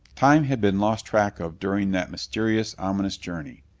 time had been lost track of during that mysterious, ominous journey.